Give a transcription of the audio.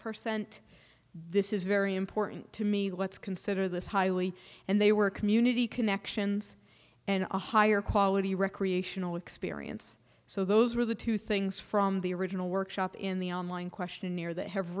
per cent this is very important to me let's consider this highly and they were community connections and a higher quality recreational experience so those are the two things from the original workshop in the online questionnaire that have